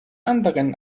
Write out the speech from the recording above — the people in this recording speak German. anderen